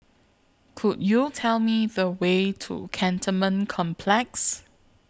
Could YOU Tell Me The Way to Cantonment Complex